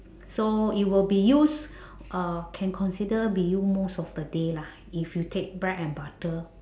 so it will be used uh can consider be used most of the day lah if you take bread and butter